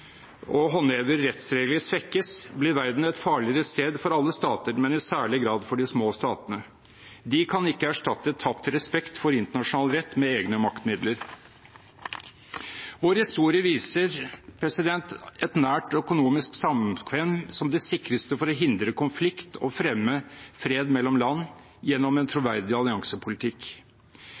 og håndhever rettsregler, svekkes, blir verden et farligere sted for alle stater, men i særlig grad for de små statene. De kan ikke erstatte tapt respekt for internasjonal rett med egne maktmidler. Vår historie viser at et nært økonomisk samkvem er det sikreste for å hindre konflikt og fremme fred mellom land gjennom en troverdig alliansepolitikk.